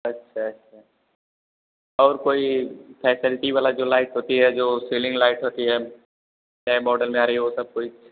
अच्छा अच्छा और कोई फ्यासल्टी बला जो लाइट होती हे जो सीलिंग लाइट होती है मोडेल में आ रही है वह सब कोई